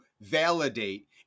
validate